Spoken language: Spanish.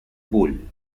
bull